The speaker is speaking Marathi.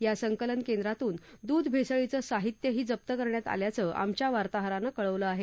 या संकलन केंद्रातून दुध भेसळीचं साहित्यही जप्त करण्यात आल्याचं आमच्या वार्ताहरानं कळवलं आहे